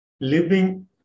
living